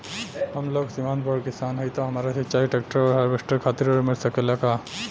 हम लघु सीमांत बड़ किसान हईं त हमरा सिंचाई ट्रेक्टर और हार्वेस्टर खातिर ऋण मिल सकेला का?